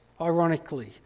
ironically